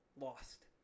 lost